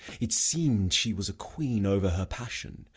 it seem'd she was a queen over her passion,